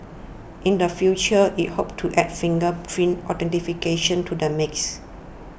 in the future it hopes to add fingerprint authentication to the mix